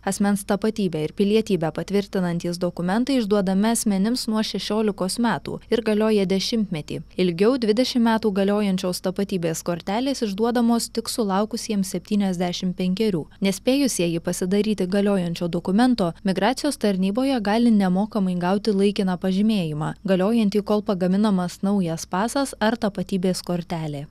asmens tapatybę ir pilietybę patvirtinantys dokumentai išduodami asmenims nuo šešiolikos metų ir galioja dešimtmetį ilgiau dvidešimt metų galiojančios tapatybės kortelės išduodamos tik sulaukusiems septyniasdešimt penkerių nespėjusieji pasidaryti galiojančio dokumento migracijos tarnyboje gali nemokamai gauti laikiną pažymėjimą galiojantį kol pagaminamas naujas pasas ar tapatybės kortelė